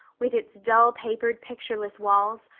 with its dull-papered, pictureless walls,